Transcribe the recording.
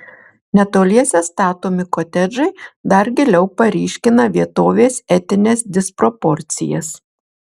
netoliese statomi kotedžai dar giliau paryškina vietovės etines disproporcijas